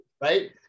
right